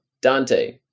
Dante